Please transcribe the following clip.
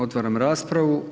Otvaram raspravu.